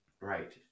right